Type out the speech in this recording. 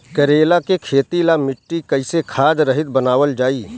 करेला के खेती ला मिट्टी कइसे खाद्य रहित बनावल जाई?